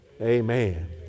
Amen